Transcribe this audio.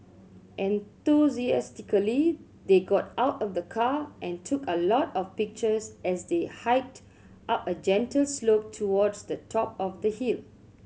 enthusiastically they got out of the car and took a lot of pictures as they hiked up a gentle slope towards the top of the hill